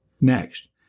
Next